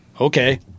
okay